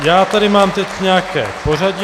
Já tady mám teď nějaké pořadí.